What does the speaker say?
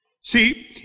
See